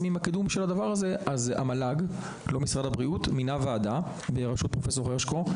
עם הקידום של הדבר הזה המל"ג מינה ועדה בראשות חבר פרופסור הרשקו,